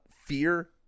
fear